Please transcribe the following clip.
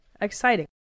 Exciting